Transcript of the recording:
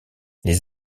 les